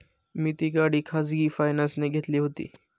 मी ती गाडी खाजगी फायनान्सने घेतली होती